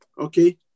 Okay